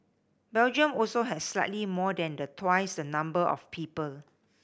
Belgium also has slightly more than the twice the number of people